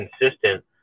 consistent